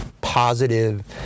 positive